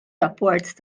rapport